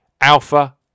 Alpha